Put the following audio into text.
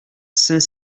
saint